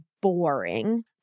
boring